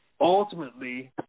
ultimately